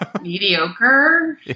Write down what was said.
Mediocre